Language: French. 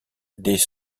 des